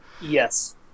Yes